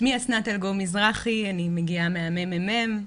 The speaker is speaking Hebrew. אני מגיעה מהממ"מ,